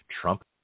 Trump